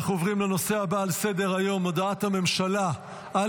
אנחנו עוברים לנושא הבא על סדר-היום: הודעת הממשלה בדבר